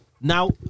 now